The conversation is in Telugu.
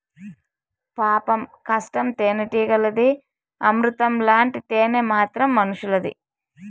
పాపం కష్టం తేనెటీగలది, అమృతం లాంటి తేనె మాత్రం మనుసులది